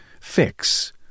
fix